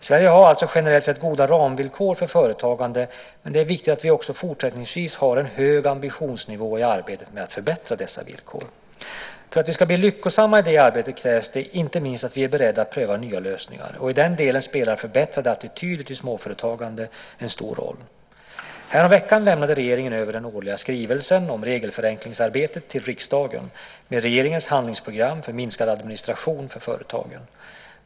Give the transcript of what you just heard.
Sverige har alltså generellt sett goda ramvillkor för företagande, men det är viktigt att vi också fortsättningsvis har en hög ambitionsnivå i arbetet med att förbättra dessa villkor. För att vi ska bli lyckosamma i det arbetet krävs det inte minst att vi är beredda att pröva nya lösningar, och i den delen spelar förbättrade attityder till småföretagande en stor roll. Häromveckan lämnade regeringen över den årliga skrivelsen om regelförenklingsarbetet till riksdagen med regeringens handlingsprogram för minskad administration för företagen.